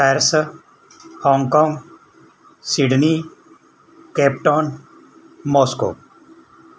Paris Hong Kong Sydney Cape Town Moscow